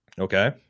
Okay